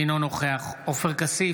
אינו נוכח עופר כסיף,